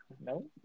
no